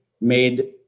made